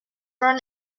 run